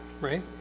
right